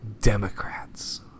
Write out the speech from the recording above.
Democrats